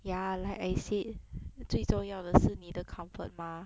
ya like I said 最重要的是你的 comfort mah